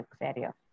area